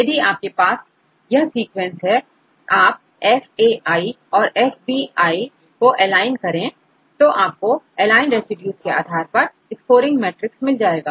यदि आपके पास यह सीक्वेंसेस हैं आपfa and fbको एलाइन करें तो आपको एलाइन रेसिड्यूज के आधार पर स्कोरिंग मैट्रिक्स मिल जाएगा